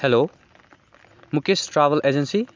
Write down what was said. hello Mukesh travel agency